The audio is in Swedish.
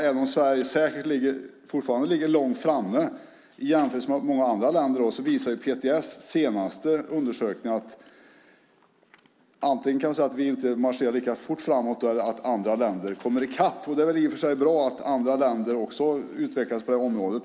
Även om Sverige säkert fortfarande ligger långt framme visar PTS senaste undersökning att vi antingen inte marscherar lika fort framåt eller att andra länder kommer i kapp. Det är i och för sig bra att andra länder också utvecklas på området.